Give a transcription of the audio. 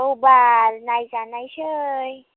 औ बाल नायजानायसै